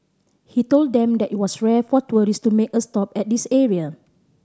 he told them that it was rare for tourist to make a stop at this area